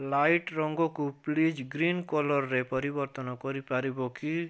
light ରଙ୍ଗକୁ please green କଲର୍ରେ ପରିବର୍ତ୍ତନ କରିପାରିବ କି